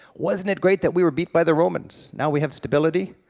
wasn't it great that we were beat by the romans? now we have stability,